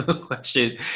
question